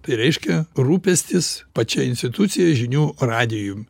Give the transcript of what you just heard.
tai reiškia rūpestis pačia institucija žinių radijum